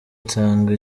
nsanga